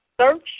search